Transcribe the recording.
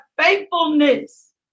faithfulness